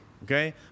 Okay